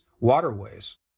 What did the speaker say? waterways